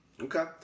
Okay